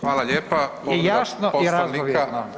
Hvala lijepa.